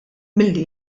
milli